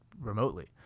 remotely